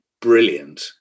brilliant